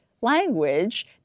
language